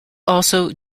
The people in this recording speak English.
also